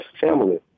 family